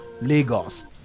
Lagos